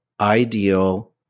ideal